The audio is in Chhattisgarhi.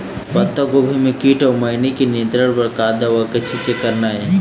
पत्तागोभी म कीट अऊ मैनी के नियंत्रण बर का दवा के छींचे करना ये?